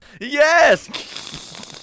yes